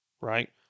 right